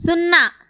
సున్నా